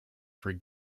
for